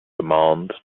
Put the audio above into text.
command